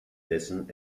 dessen